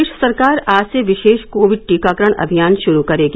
प्रदेश सरकार आज से विशेष कोविड टीकाकरण अभियान शुरू करेगी